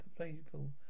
people